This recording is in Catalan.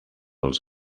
els